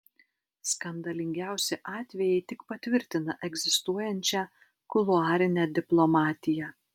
skandalingiausi atvejai tik patvirtina egzistuojančią kuluarinę diplomatiją